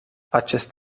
acest